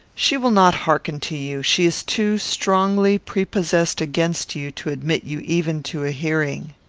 she will not hearken to you. she is too strongly prepossessed against you to admit you even to a hearing.